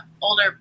older